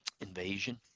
invasion